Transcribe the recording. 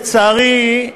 לצערי,